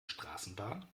straßenbahn